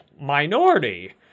minority